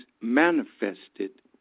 manifested